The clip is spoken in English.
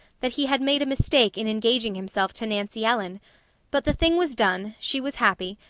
that he had made a mistake in engaging himself to nancy ellen but the thing was done, she was happy,